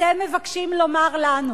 אתם מבקשים לומר לנו,